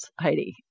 Heidi